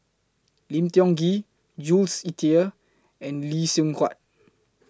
Lim Tiong Ghee Jules Itier and Lee Seng Huat